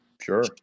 sure